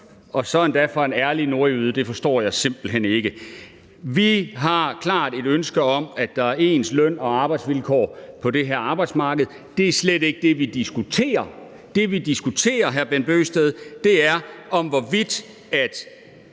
og så endda fra en ærlig nordjyde, det forstår jeg simpelt hen ikke. Vi har klart et ønske om, at der er ens løn- og arbejdsvilkår på det her arbejdsmarked; det er slet ikke det, vi diskuterer. Det, vi diskuterer, hr. Bent Bøgsted, er, hvorvidt de